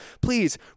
Please